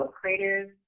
creative